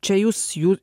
čia jūs jų